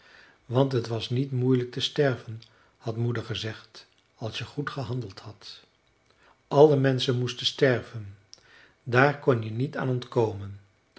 want het was niet moeilijk te sterven had moeder gezegd als je goed gehandeld hadt alle menschen moesten sterven daar kon je niet aan ontkomen